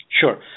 Sure